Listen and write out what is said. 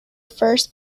first